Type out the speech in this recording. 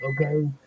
Okay